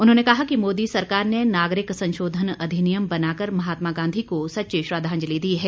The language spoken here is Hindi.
उन्होंने कहा कि मोदी सरकार ने नागरिक संशोधन अधिनियम बनाकर महात्मा गांधी को सच्ची श्रद्वांजलि दी है